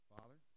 Father